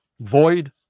void